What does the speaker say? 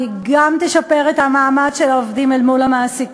כי היא גם תשפר את המעמד של העובדים אל מול המעסיקים.